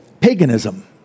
paganism